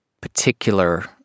particular